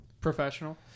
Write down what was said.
professional